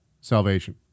salvation